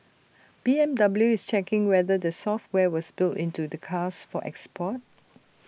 B M W is checking whether the software was built into the cars for export